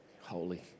Holy